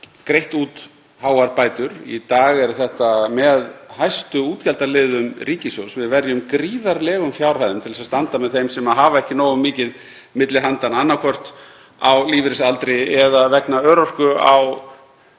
greitt út háar bætur. Í dag eru þetta með hæstu útgjaldaliðum ríkissjóðs. Við verjum gríðarlegum fjárhæðum til að standa með þeim sem ekki hafa nógu mikið milli handanna, annaðhvort á lífeyrisaldri eða vegna örorku á